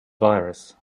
virus